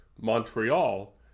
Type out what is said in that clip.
Montreal